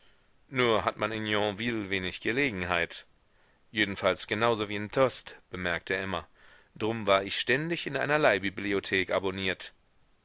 nur hat man in yonville wenig gelegenheit jedenfalls genau so wie in tostes bemerkte emma drum war ich ständig in einer leihbibliothek abonniert